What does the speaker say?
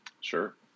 Sure